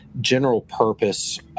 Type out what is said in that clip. general-purpose